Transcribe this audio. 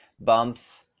bumps